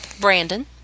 Brandon